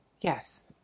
Yes